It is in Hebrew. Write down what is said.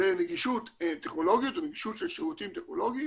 בנגישות טכנולוגית, נגישות של שירותים טכנולוגיים,